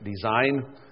design